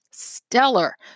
stellar